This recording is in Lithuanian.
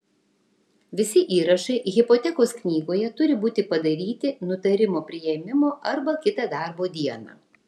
visi įrašai hipotekos knygoje turi būti padaryti nutarimo priėmimo arba kitą darbo dieną